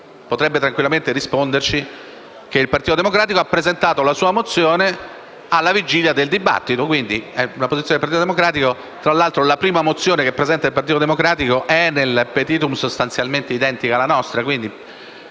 potrebbe tranquillamente risponderci che il Partito Democratico ha presentato la sua mozione alla vigilia del dibattito. È questa, quindi, la posizione del Partito Democratico. Tra l'altro, la prima mozione che presenta il Partito Democratico è, nel *petitum*, sostanzialmente identica alla nostra.